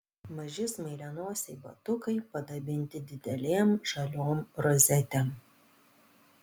maži smailianosiai batukai padabinti didelėm žaliom rozetėm